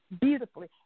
beautifully